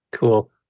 Cool